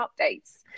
updates